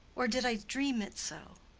or did i dream it so?